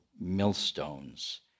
millstones